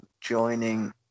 joining